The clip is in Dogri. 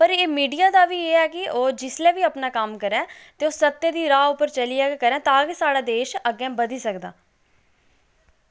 पर एह् मीडिया दा वी एह् ऐ कि ओह् जिसलै बी अपना कम्म करै ते ओह् सत्य दी राह उप्पर गै करै तां गै साढ़ा देश अग्गैं बधी सकदा